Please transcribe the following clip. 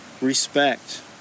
respect